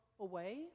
away